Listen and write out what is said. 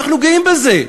אנחנו גאים בזה.